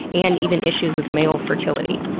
and even issues with male fertility.